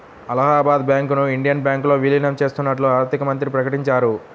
అలహాబాద్ బ్యాంకును ఇండియన్ బ్యాంకులో విలీనం చేత్తన్నట్లు ఆర్థికమంత్రి ప్రకటించారు